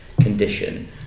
condition